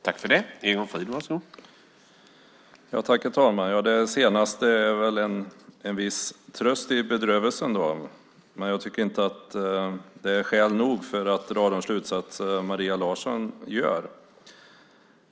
Herr talman! Det sista som sades är väl en viss tröst i bedrövelsen, men jag tycker inte att det är skäl nog för att dra de slutsatser som Maria Larsson gör.